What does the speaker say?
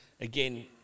again